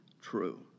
true